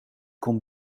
kon